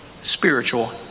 spiritual